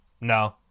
no